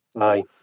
Aye